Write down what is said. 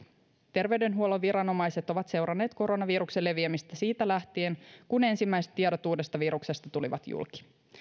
terveydenhuollon viranomaiset ovat seuranneet koronaviruksen leviämistä siitä lähtien kun ensimmäiset tiedot uudesta viruksesta tulivat julki